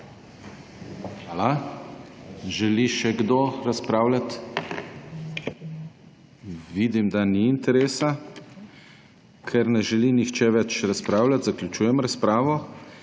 Hvala. Želi še kdo razpravljati? (Ne.) Vidim, da ni interesa. Ker ne želi nihče več razpravljati zaključujem razpravo.